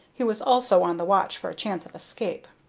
he was also on the watch for a chance of escape.